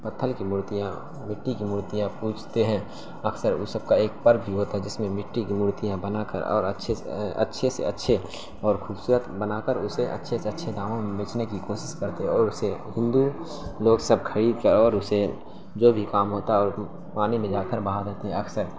پتھر کی مورتیاں مٹی کی مورتیاں پوجتے ہیں اکثر ان سب کا ایک پرو بھی ہوتا ہے جس میں مٹی کی میورتیاں بنا کر اور اچھے سے اچھے سے اچھے اور خوبصورت بنا کر اسے اچھے سے اچھے داموں میں بیچنے کی کوشش کرتے اور اسے ہندو لوگ سب خرید کے اور اسے جو بھی کام ہوتا ہے اور پانی میں جا کر بہا دیتے ہیں اکثر